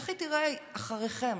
איך היא תיראה אחריכם.